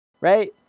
right